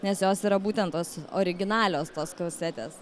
nes jos yra būtent tos originalios tos kasetės